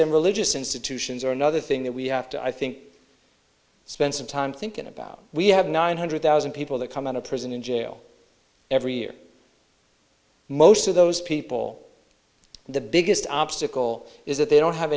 and religious institutions are another thing that we have to i think spend some time thinking about we have nine hundred thousand people that come out of prison in jail every year most of those people the biggest obstacle is that they don't have